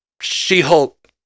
She-Hulk